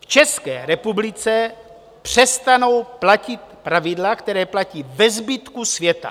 V České republice přestanou platit pravidla, která platí ve zbytku světa.